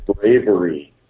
bravery